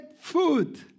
food